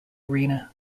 arena